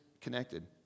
connected